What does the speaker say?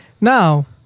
now